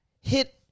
hit